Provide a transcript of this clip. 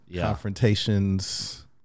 confrontations